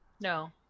No